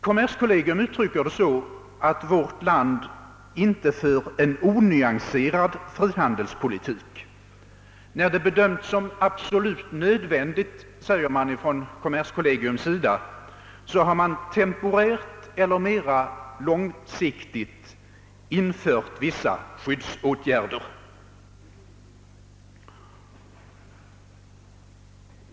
Kommerskollegium uttrycker det så att vårt land inte för en onyanserad frihandelspolitik. När det bedöms som absolut nödvändigt, säger kommerskollegium, har man temporärt eller mera långsiktigt tillgripit vissa skyddsåtgär der.